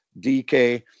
DK